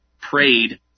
prayed